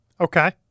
Okay